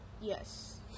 Yes